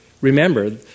Remember